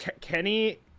Kenny